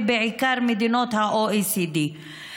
ובעיקר מדינות ה-OECD.